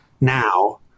now